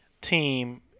team –